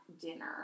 dinner